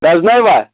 پرٛٮ۪زنٲیوا